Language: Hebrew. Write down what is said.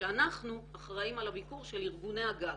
שאנחנו אחראים על הביקור של ארגוני הגג.